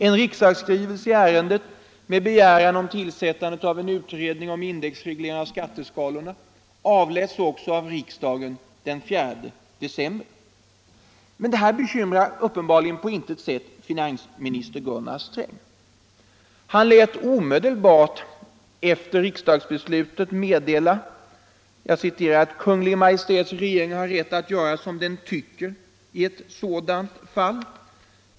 En riksdagsskrivelse i ärendet med begäran om tillsättande av en utredning om indexreglering av skatteskalorna avläts också den 4 december. Men detta bekymrar uppenbarligen på intet sätt finansminister Gunnar Sträng. Han lät omedelbart efter riksdagsbeslutet meddela att Kungl. Maj:ts regering har rätt att göra som den tycker i ett sådant fall.